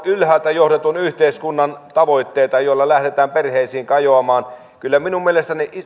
ylhäältä johdetun yhteiskunnan tavoitteita joilla lähdetään perheisiin kajoamaan kyllä minun mielestäni